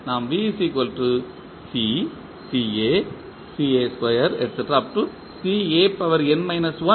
நாம் என தொகுக்கிறோம்